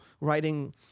writing